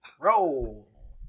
Roll